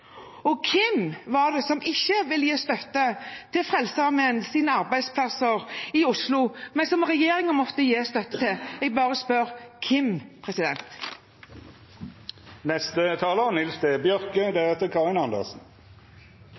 Og hvem var det som ikke ville gi støtte til Frelsesarmeens arbeidsplasser i Oslo, men som regjeringen måtte gi støtte til? Jeg bare spør: Hvem? Eg ynskjer å starta innlegget mitt med å gratulera landbruksminister Bollestad med oppgåva. Eg er